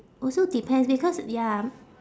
also depends because ya